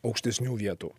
aukštesnių vietų